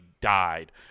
died